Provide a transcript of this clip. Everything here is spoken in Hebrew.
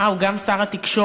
אה, הוא גם שר התקשורת,